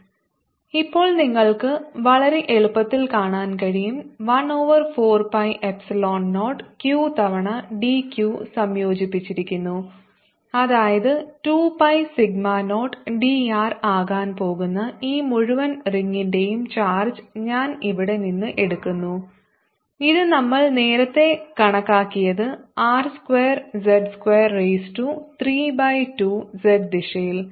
14π0qdzr2z232z z ഇപ്പോൾ നിങ്ങൾക്ക് വളരെ എളുപ്പത്തിൽ കാണാൻ കഴിയും 1 ഓവർ 4 പൈ എപ്സിലോൺ 0 q തവണ d q സംയോജിപ്പിച്ചിരിക്കുന്നു അതായത് 2 pi sigma 0 d r ആകാൻ പോകുന്ന ഈ മുഴുവൻ റിംഗിന്റെയും ചാർജ് ഞാൻ ഇവിടെ നിന്ന് എടുക്കുന്നു ഇത് നമ്മൾ നേരത്തെ കണക്കാക്കിയത് r square z square raise to 3 by 2 z ദിശയിൽ